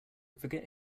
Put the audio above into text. forget